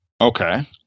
okay